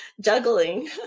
juggling